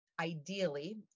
ideally